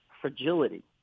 fragility